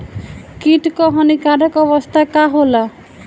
कीट क हानिकारक अवस्था का होला?